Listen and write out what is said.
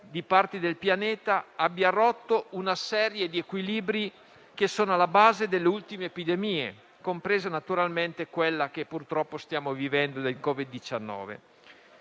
di parti del pianeta, abbiano rotto una serie di equilibri che sono alla base delle ultime epidemie, compresa naturalmente quella del Covid-19 che purtroppo stiamo vivendo. È chiaro